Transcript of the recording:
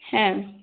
হ্যাঁ